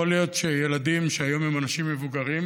יכול להיות שילדים שהיום הם אנשים מבוגרים